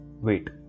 wait